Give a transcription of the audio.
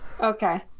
Okay